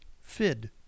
FID